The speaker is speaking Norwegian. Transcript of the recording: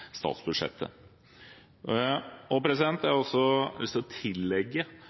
statsbudsjettet. Jeg har også lyst til å